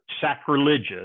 sacrilegious